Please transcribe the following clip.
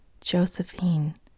Josephine